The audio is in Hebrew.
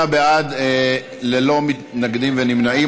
28 בעד, ללא מתנגדים ונמנעים.